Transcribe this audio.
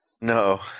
No